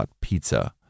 .pizza